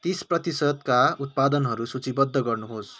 तिस प्रतिशतका उत्पादनहरू सूचीबद्ध गर्नुहोस्